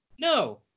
No